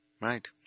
Right